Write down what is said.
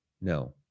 No